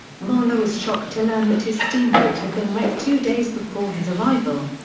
marlow is shocked to learn that his steamboat had been wrecked two days before his arrival.